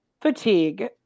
fatigue